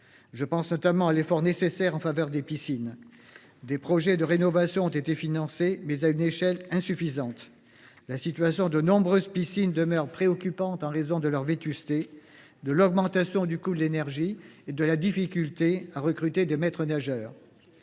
Je pense notamment à l’effort nécessaire en faveur des piscines. Des projets de rénovation ont été financés, mais à une échelle insuffisante. La situation de nombreuses piscines demeure préoccupante en raison de leur vétusté, de l’augmentation du coût de l’énergie et de la difficulté à recruter des maîtres nageurs.